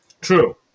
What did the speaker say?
True